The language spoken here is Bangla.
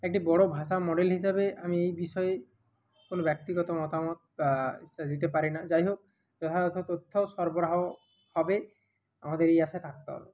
একটি বড়ো ভাষা মডেল হিসাবে আমি এই বিষয়ে কোনো ব্যক্তিগত মতামত সে দিতে পারি না যাই হোক যথাযথ তথ্য সরবরাহ হবে আমাদের এই আশায় থাকতে হবে